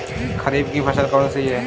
खरीफ की फसल कौन सी है?